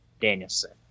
Danielson